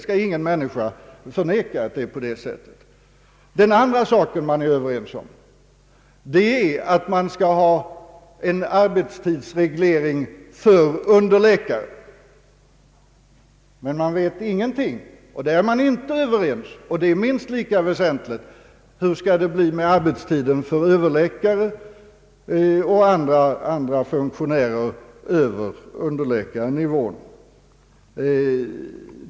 Man är vidare överens om en arbetstidsreglering för underläkare, men man är inte överens om hur det skall bli med arbetstiden för överläkare och andra funktionärer ovanför underläkarnivån.